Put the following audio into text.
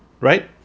right